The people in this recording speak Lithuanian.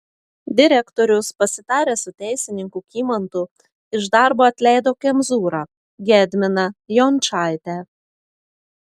direktorius pasitaręs su teisininku kymantu iš darbo atleido kemzūrą gedminą jončaitę